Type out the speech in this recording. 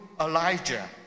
Elijah